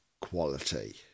quality